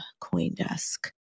Coindesk